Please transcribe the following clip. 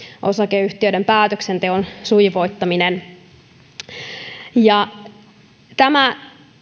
osakeyhtiöiden päätöksenteon sujuvoittaminen tosiaan tämä